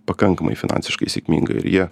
pakankamai finansiškai sėkminga ir jie